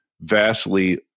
vastly